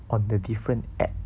on the different application